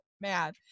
mad